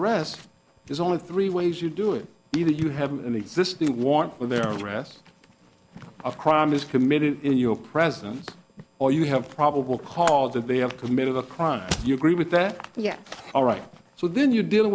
rest there's only three ways you do it either you have an existing warrant for their arrest of crime is committed in your presence or you have probable cause that they have committed a crime you agree with that yes all right so then you deal